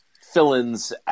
fill-ins